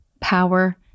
power